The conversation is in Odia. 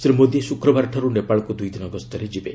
ଶ୍ରୀ ମୋଦି ଶୁକ୍ରବାରଠାରୁ ନେପାଳକୁ ଦୁଇ ଦିନ ଗସ୍ତରେ ଯିବେ